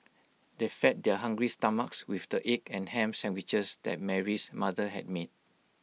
they fed their hungry stomachs with the egg and Ham Sandwiches that Mary's mother had made